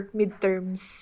midterms